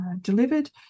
delivered